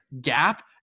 gap